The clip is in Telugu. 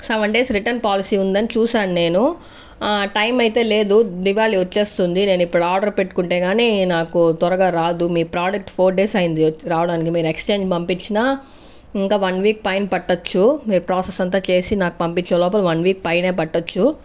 సెవెన్ డేస్ రిటర్న్ పాలసీ ఉందని చూశాను నేను టైం అయితే లేదు దివాళీ వచ్చేస్తుంది నేను ఇప్పుడు ఆర్డర్ పెట్టుకుంటే గాని నాకు త్వరగా రాదు మీ ప్రోడక్ట్ ఫోర్ డేస్ అయింది వ రావడానికి మీరు ఎక్సేంజ్ పంపించిన ఇంకా వన్ వీక్ పైన పట్టొచ్చు మీరు ప్రాసెస్ అంతా చేసి నాకు పంపించే లోపల వన్ వీక్ పైనే పట్టొచ్చు